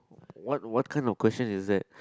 what what kind of question is that